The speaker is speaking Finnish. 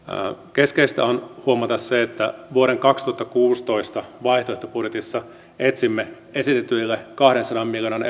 keskeistä on huomata se että vuoden kaksituhattakuusitoista vaihtoehtobudjetissa etsimme esitetyille kahdensadan miljoonan